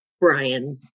Brian